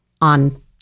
on